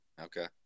Okay